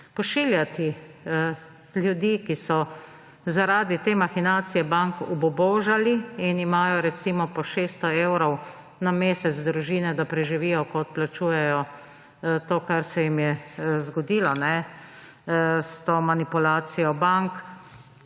Pošiljati ljudi, ki so zaradi te mahinacije bank obubožali in imajo, recimo, družine po 600 evrov na mesec, da preživijo, ko odplačujejo to, kar se jim je zgodilo s to manipulacijo bank,